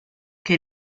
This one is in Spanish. que